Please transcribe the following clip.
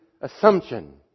assumption